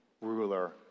ruler